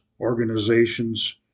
organizations